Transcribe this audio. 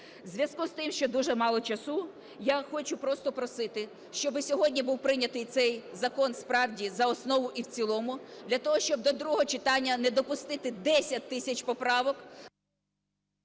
зв'язку з тим, що дуже мало часу, я хочу просто просити, щоб сьогодні був прийнятий цей закон справді за основу і в цілому для того, щоб до другого читання не допустити 10 тисяч поправок.